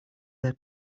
their